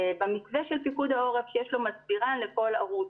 במתווה של פיקוד העורף, שיש לו מסבירן לכל ערוץ.